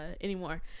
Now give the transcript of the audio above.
anymore